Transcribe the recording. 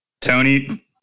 Tony